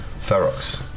Ferox